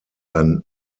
ein